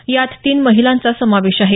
यात तीन महिलांचा समावेश आहे